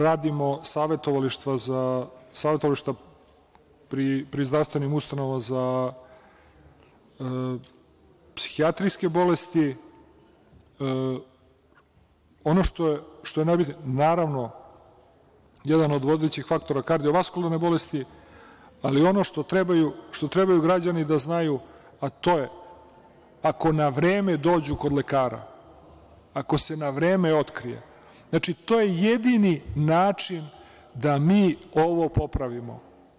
Radimo savetovališta pri zdravstvenim ustanovama za psihijatrijske bolesti, ono što je jedan od vodećih faktora kardiovaskularne bolesti, ali ono što treba građani da znaju, to je – ako na vreme dođu kod lekara, ako se na vreme otkrije, to je jedini način da mi ovo popravimo.